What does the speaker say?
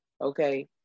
Okay